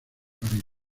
parís